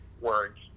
words